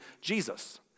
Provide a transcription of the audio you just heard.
Jesus